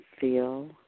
feel